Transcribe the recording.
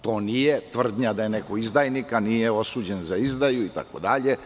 To nije tvrdnja da je neko izdajnik, a nije osuđen za izdaju itd.